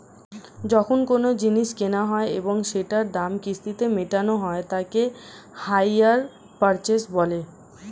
যখন কোনো জিনিস কেনা হয় এবং সেটার দাম কিস্তিতে মেটানো হয় তাকে হাইয়ার পারচেস বলে